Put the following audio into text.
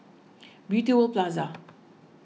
Beauty World Plaza